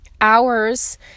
hours